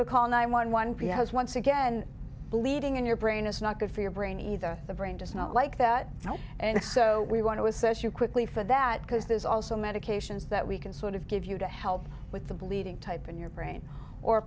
to call nine one one p has once again bleeding in your brain is not good for your brain either the brain does not like that now and so we want to assess you quickly for that because there's also medications that we can sort of give you to help with the bleeding type in your brain or